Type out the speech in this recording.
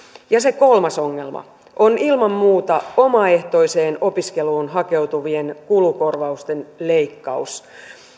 kolmas ongelma on ilman muuta omaehtoiseen opiskeluun hakeutuvien kulukorvausten leikkaus